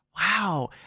Wow